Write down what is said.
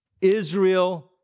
Israel